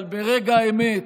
אבל ברגע האמת,